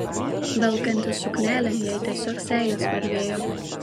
velkantis suknelę jai tiesiog seilės varvėjo